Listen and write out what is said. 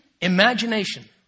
imagination